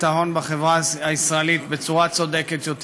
ההון בחברה הישראלית בצורה צודקת יותר.